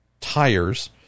tires